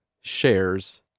shares